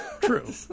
True